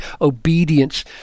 obedience